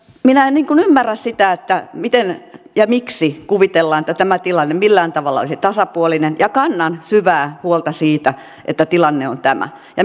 minä en ymmärrä sitä miten ja miksi kuvitellaan että tämä tilanne millään tavalla olisi tasapuolinen ja kannan syvää huolta siitä että tilanne on tämä